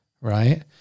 right